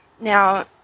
Now